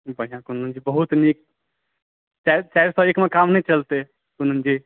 बहुत बढ़िऑं कुन्दनजी बहुत नीक चारि सए एकमे काम नहि चलतै कुन्दनजी